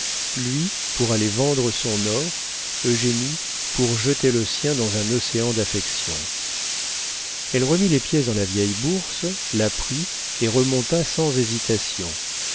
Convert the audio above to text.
lui pour aller vendre son or eugénie pour jeter le sien dans un océan d'affection elle remit les pièces dans la vieille bourse la prit et remonta sans hésitation